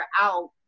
out